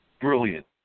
brilliant